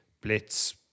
blitz